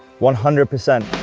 one hundred percent!